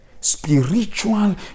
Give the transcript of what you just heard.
Spiritual